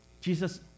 Jesus